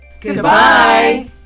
Goodbye